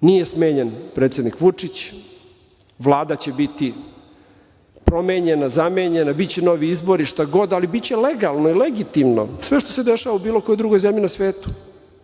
nije smenjen predsednik Vučić, Vlada će biti promenjena, zamenjena, biće novi izbori šta god, ali biće legalno, legitimno, sve što se dešava u bilo kojoj drugoj zemlji na svetu,